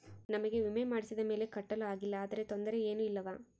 ನಮಗೆ ವಿಮೆ ಮಾಡಿಸಿದ ಮೇಲೆ ಕಟ್ಟಲು ಆಗಿಲ್ಲ ಆದರೆ ತೊಂದರೆ ಏನು ಇಲ್ಲವಾ?